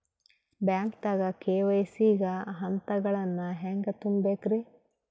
ಬ್ಯಾಂಕ್ದಾಗ ಕೆ.ವೈ.ಸಿ ಗ ಹಂತಗಳನ್ನ ಹೆಂಗ್ ತುಂಬೇಕ್ರಿ?